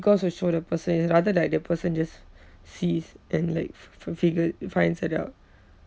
because to show the person it's rather than like the person just sees and like f~ f~ figure it finds that out